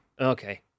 Okay